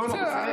לא רק בישראל,